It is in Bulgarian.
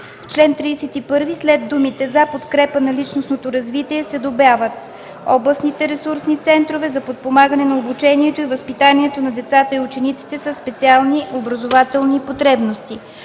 чл. 31 след думите „...за подкрепа на личностното развитие” се добавя „областните ресурсни центрове за подпомагане на обучението и възпитанието на децата и учениците със специални образователни потребности”.